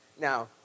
Now